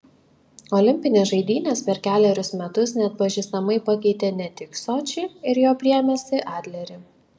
olimpinės žaidynės per kelerius metus neatpažįstamai pakeitė ne tik sočį ir jo priemiestį adlerį